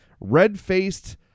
red-faced